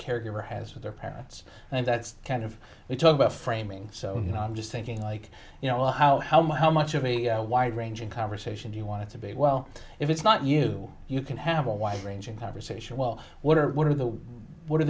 caregiver has with their parents and that's kind of the talk about framing so you know i'm just thinking like you know how how much how much of a wide ranging conversation do you want to be well if it's not you you can have a wide ranging conversation well what are what are the what are